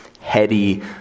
heady